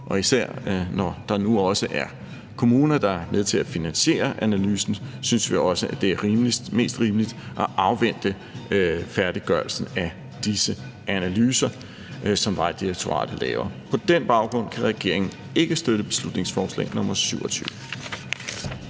Især når der nu også er kommuner, der er med til at finansiere analysen, synes vi også, det er mest rimeligt at afvente da færdiggørelsen af disse analyser, som Vejdirektoratet laver. På den baggrund kan regeringen ikke støtte beslutningsforslag nr. B 27.